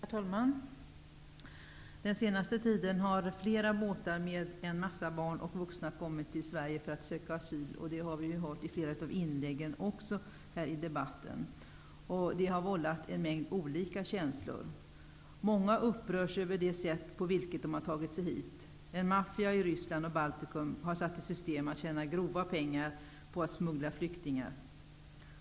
Herr talman! Den senaste tiden har flera båtar med en massa barn och vuxna kommit till Sverige för att söka asyl. Det har vi hört i flera av inläggen i den här debatten. Detta har vållat en mängd olika känslor. Många upprörs över det sätt på vil ket de har tagit sig hit. En maffia i Ryssland och Baltikum har satt i system att tjäna grova pengar på att smuggla flyktingar.